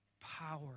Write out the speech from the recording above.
power